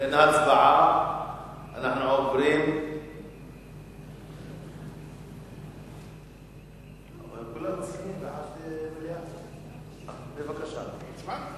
ההצעה לכלול את הנושא בסדר-היום של הכנסת נתקבלה.